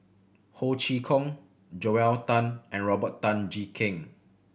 Ho Chee Kong Joel Tan and Robert Tan Jee Keng